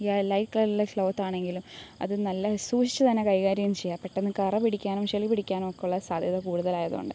യാ light കളറിലുള്ള ക്ലോത്താണെങ്കിലും അതു നല്ല സൂക്ഷിച്ചു തന്നെ കൈകാര്യം ചെയ്യുക പെട്ടെന്ന് കറ പിടിക്കാനും ചെളി പിടിക്കാനുമൊക്കെയുള്ള സാദ്ധ്യത കൂടുതലായതുകൊണ്ട്